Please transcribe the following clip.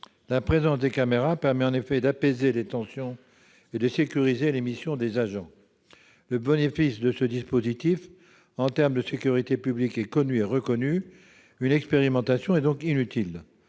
La présence des caméras permet en effet d'apaiser les tensions et de sécuriser les missions des agents. Le bénéfice de ce dispositif en termes de sécurité publique est connu et reconnu ; une expérimentation est donc inutile.